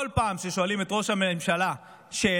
כל פעם ששואלים את ראש הממשלה שאלה,